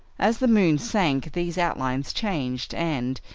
as the moon sank, these outlines changed and,